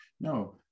No